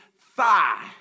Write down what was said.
thigh